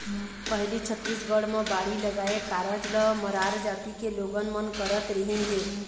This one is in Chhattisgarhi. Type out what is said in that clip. पहिली छत्तीसगढ़ म बाड़ी लगाए कारज ल मरार जाति के लोगन मन करत रिहिन हे